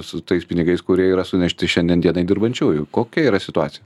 su tais pinigais kurie yra sunešti šiandien dienai dirbančiųjų kokia yra situacija